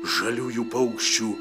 žaliųjų paukščių